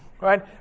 right